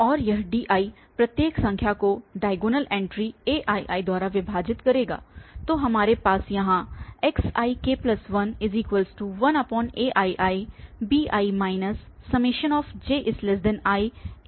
और यह Di प्रत्येक संख्या को डायगोनल एंट्रीस aii द्वारा विभाजित करेगा तो हमारे पास यहाँ xik11aiibi jiaijxj jiaijxj भी है